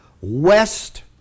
west